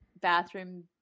bathroom